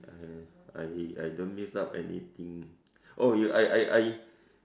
I I don't miss out anything oh you I I I